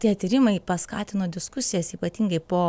tie tyrimai paskatino diskusijas ypatingai po